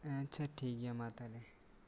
ᱟᱪᱪᱷᱟ ᱴᱷᱤᱠ ᱜᱮᱭᱟ ᱢᱟ ᱛᱟᱦᱚᱞᱮ